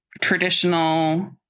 traditional